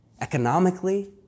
economically